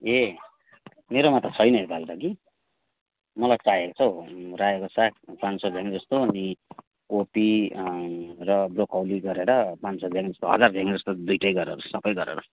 ए मेरोमा त छैन यो पालि त कि मलाई चाहिएको छ हौ रायोको साग पाँच सय झ्याङ जस्तो अनि कोपी र ब्रोकाउली गरेर पाँच सय झ्याङ हजार झ्याङ जस्तो दुइटै गरेर सबै गरेर